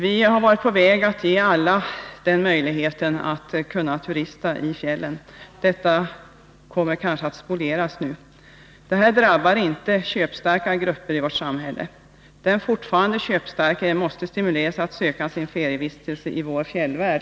Vi har varit på väg att ge alla möjlighet att turista i fjällen, men det kommer kanske att spolieras nu. Detta drabbar inte köpstarka grupper i vårt samhälle. Den fortfarande köpstarke måste stimuleras att söka sin ferievistelse i vår fjällvärld.